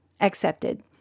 accepted